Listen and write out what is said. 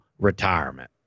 retirement